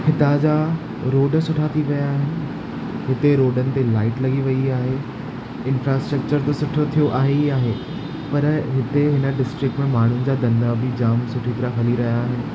हुतां जा रोड सुठा थी विया आहिनि हुते रोडनि ते लाइट लॻी वई आहे इंफ्रास्ट्रक्चर त सुठो थियो आहे ही आहे पर हिते हिन डिस्ट्रिक्ट में माण्हुन जा धंधा बि जाम सुठी तरह हली रहिया आहिनि